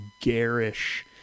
garish